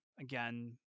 again